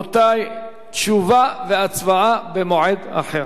תשובה והצבעה במועד אחר.